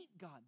God